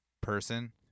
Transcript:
person